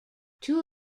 two